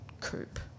Coop